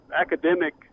academic